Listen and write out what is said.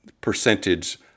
percentage